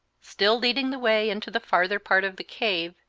still leading the way into the farther part of the cave,